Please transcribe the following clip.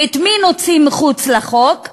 ואת מי נוציא מחוץ לחוק.